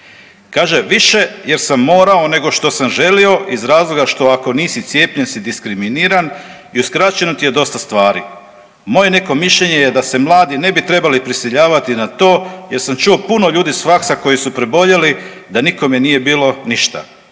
Kaže, više jer sam morao nego što sam želio, iz razloga što, ako nisi cijepljen si diskriminiran i uskraćeno ti je dosta stvari. Moje neko mišljenje je da se mladi ne bi trebali prisiljavati na to jer sam čuo puno ljudi s faksa koji su preboljeli, da nikome nije bilo ništa.